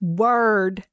word